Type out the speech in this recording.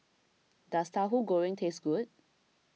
does Tahu Goreng taste good